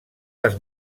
les